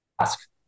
Ask